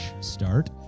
start